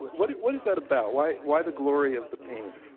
what what is that about? why why the glory of the pain?